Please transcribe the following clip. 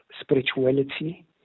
spirituality